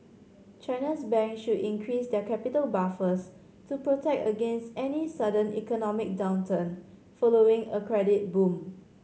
China's bank should increase their capital buffers to protect against any sudden economic downturn following a credit boom